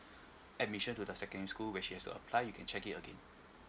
admission to the secondary school which she has to apply you can check it again